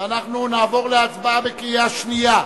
ואנחנו נעבור להצבעה בקריאה שנייה.